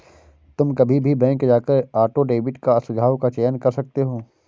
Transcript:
तुम कभी भी बैंक जाकर ऑटो डेबिट का सुझाव का चयन कर सकते हो